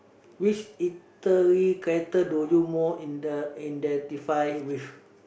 which literally character do you more in the identify with